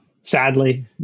sadly